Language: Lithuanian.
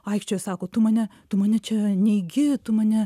aikčioja sako tu mane tu mane čia neigi tu mane